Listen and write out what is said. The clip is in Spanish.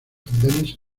andenes